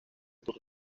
tour